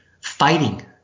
fighting